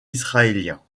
israéliens